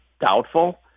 doubtful